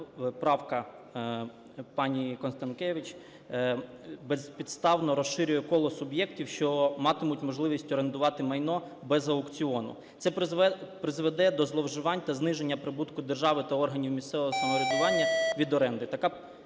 правка пані Констанкевич безпідставно розширює коло суб'єктів, що матимуть можливість орендувати майно без аукціону. Це призведе до зловживань та зниження прибутку держави та органів місцевого самоврядування від оренди.